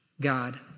God